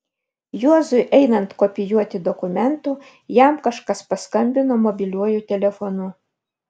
juozui einant kopijuoti dokumentų jam kažkas paskambino mobiliuoju telefonu